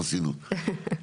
נזכרתי,